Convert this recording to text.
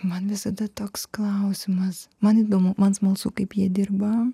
man visada toks klausimas man įdomu man smalsu kaip jie dirba